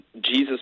Jesus